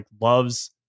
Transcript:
loves